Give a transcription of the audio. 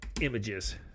images